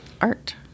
Art